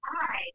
Hi